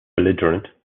belligerent